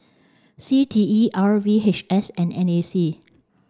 C T E R V H S and N A C